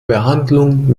behandlung